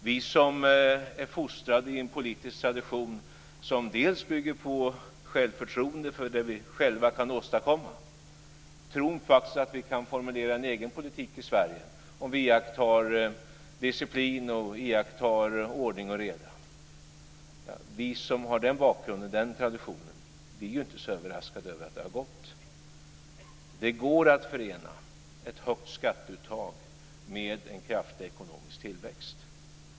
Vi som är fostrade i en politisk tradition som bygger på självförtroende för det vi själva kan åstadkomma, tron på att vi kan formulera en egen politik i Sverige om vi iakttar disciplin, ordning och reda, är inte överraskade över att det har genomförts. Det går att förena ett högt skatteuttag med en kraftig ekonomisk tillväxt.